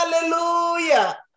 Hallelujah